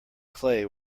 clay